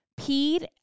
peed